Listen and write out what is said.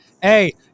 Hey